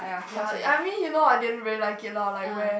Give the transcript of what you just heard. ya I mean you know I didn't really like it lah like where